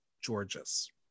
George's